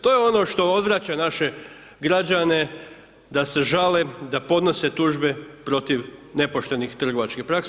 To je ono što odvraća naše građane da se žale, da podnose tužbe protiv nepoštenih trgovačkih praksi.